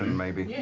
maybe?